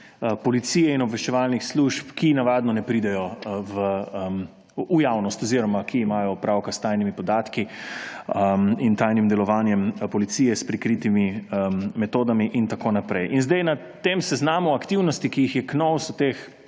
policije in obveščevalnih služb, ki navadno ne pridejo v javnost oziroma ki imajo opravka s tajnimi podatki in tajnim delovanjem policije s prikritimi metodami in tako naprej. Na tem seznamu aktivnosti, ki jih je Knovs